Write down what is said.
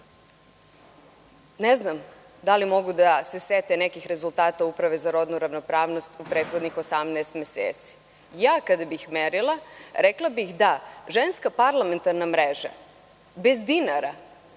ne znam da li mogu da se sete nekih rezultata Uprave za rodnu ravnopravnost u prethodnih 18 meseci. Kada bih ja merila, rekla bih da Ženska parlamentarna mreža bez dinara,